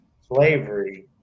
slavery